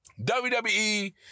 WWE